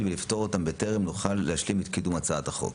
ולפתור אותם בטרם נוכל להשלים את קידום הצעת החוק.